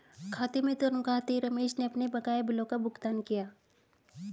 खाते में तनख्वाह आते ही रमेश ने अपने बकाया बिलों का भुगतान किया